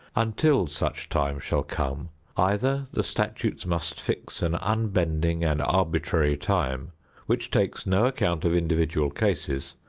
until such time shall come either the statutes must fix an unbending and arbitrary time which takes no account of individual cases,